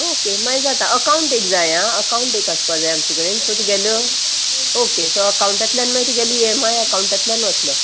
okay मागीर जाता account एक जाय आं अकावंट एक आसपा जाय आमचे कडेन सो तुगेल्यो ओके सो अकावंटांतल्यान मागीर तुगेली ई एम आय अकावंटातल्यान वतलो